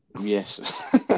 Yes